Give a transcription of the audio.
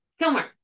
Kilmer